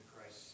Christ